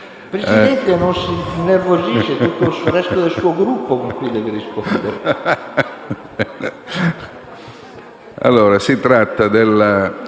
Presidente non si innervosisce, è al resto del suo Gruppo che deve rispondere.